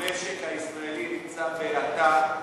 המשק הישראלי נמצא בהאטה,